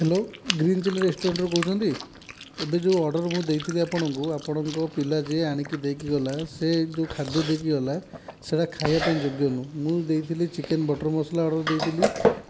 hello green chilli ରେଷ୍ଟୁରାଣ୍ଟ୍ରୁ କହୁଛନ୍ତି ଏବେ ଯେଉଁ ଅର୍ଡ଼ର୍ ମୁଁ ଦେଇଥିଲି ଆପଣଙ୍କୁ ଆପଣଙ୍କ ପିଲା ଯିଏ ଆଣିକି ଦେଇକି ଗଲା ସେ ଯେଉଁ ଖାଦ୍ୟ ଦେଇକି ଗଲା ସେଗୁଡ଼ା ଖାଇବା ପାଇଁ ଯୋଗ୍ୟ ନୁହଁ ମୁଁ ଦେଇଥିଲି ଚିକେନ୍ ବଟର୍ ମସଲା ଅର୍ଡ଼ର୍ ଦେଇଥିଲି